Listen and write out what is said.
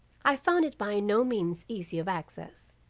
i found it by no means easy of access.